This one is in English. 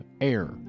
air